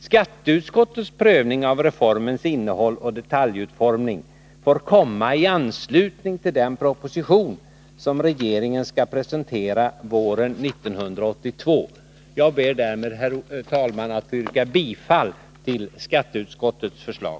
Skatteutskottets prövning av reformens innehåll och detaljutformning får komma i anslutning till den proposition som regeringen skall presentera våren 1982. Jag ber därmed, herr talman, att få yrka bifall till skatteutskottets hemställan.